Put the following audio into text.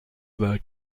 their